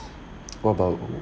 what about